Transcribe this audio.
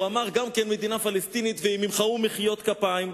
הוא אמר גם מדינה פלסטינית והם ימחאו מחיאות כפיים.